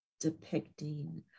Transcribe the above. depicting